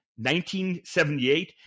1978